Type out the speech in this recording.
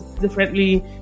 differently